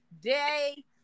day